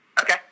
Okay